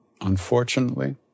unfortunately